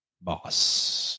boss